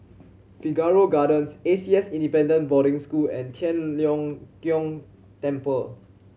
Figaro Gardens A C S Independent Boarding School and Tian Leong Keng Temple